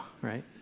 right